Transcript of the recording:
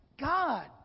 God